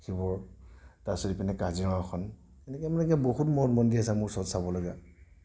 শিৱ তাৰ পিছত এইপিনে কাজিৰঙাখন তেনেকৈ তেনেকৈ বহুত মঠ মন্দিৰ আছে আমাৰ ওচৰত চাবলগা